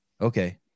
Okay